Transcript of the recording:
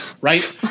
Right